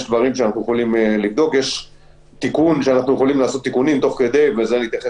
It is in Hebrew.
שיש תיקונים שאנחנו יכולים לעשות על הדרך כדי לראות